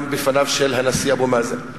גם בפניו של הנשיא אבו מאזן.